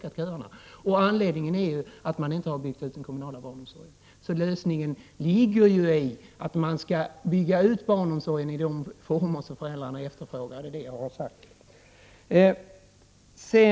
Anledningen är ju att man inte har byggt ut den kommunala barnomsorgen. Lösningen ligger i att man skall bygga ut barnomsorgen i de former som föräldrarna efterfrågar.